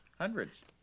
Hundreds